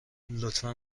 لطفا